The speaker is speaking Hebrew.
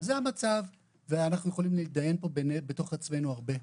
זה המצב ואנחנו יכולים להתדיין פה בתוך עצמנו הרבה.